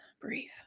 breathe